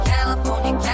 California